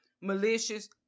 Malicious